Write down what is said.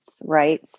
right